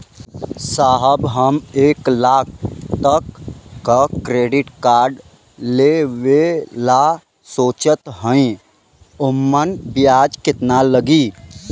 साहब हम एक लाख तक क क्रेडिट कार्ड लेवल सोचत हई ओमन ब्याज कितना लागि?